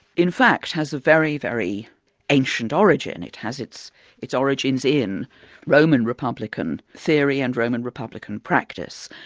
in fact has a very, very ancient origin. and it has its its origins in roman republican theory and roman republican practice.